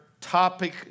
topic